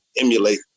emulate